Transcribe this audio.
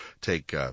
take